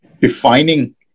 defining